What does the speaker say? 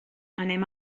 anem